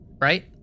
Right